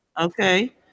Okay